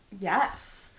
Yes